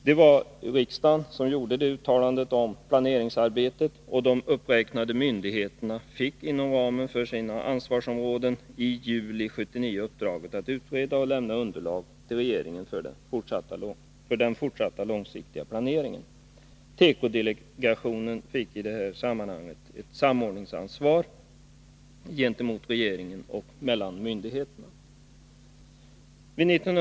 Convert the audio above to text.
Med anledning av riksdagens uttalande om planeringsarbetet fick de uppräknade myndigheterna i juli 1979 uppdraget att inom ramen för sina ansvarsområden utreda och lämna underlag till regeringen för den fortsatt långsiktiga planeringen. Tekodelegationen fick i detta sammanhang ett samordningsansvar gentemot regeringen och mellan myndigheterna.